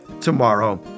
tomorrow